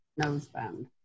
noseband